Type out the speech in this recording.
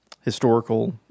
historical